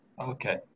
Okay